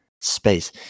space